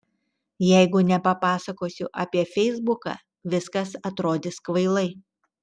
jeigu nepapasakosiu apie feisbuką viskas atrodys kvailai